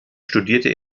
studierte